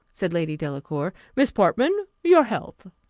said lady delacour. miss portman, your health.